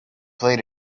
played